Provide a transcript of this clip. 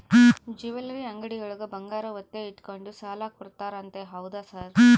Jewellery ಅಂಗಡಿಯೊಳಗ ಬಂಗಾರ ಒತ್ತೆ ಇಟ್ಕೊಂಡು ಸಾಲ ಕೊಡ್ತಾರಂತೆ ಹೌದಾ ಸರ್?